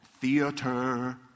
theater